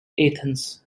athens